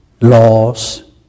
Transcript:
laws